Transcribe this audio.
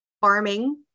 farming